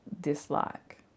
dislike